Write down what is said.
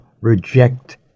reject